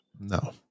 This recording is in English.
No